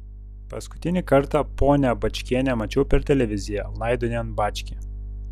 paskutinį kartą ponią bačkienę mačiau per televiziją laidojant bačkį